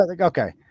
Okay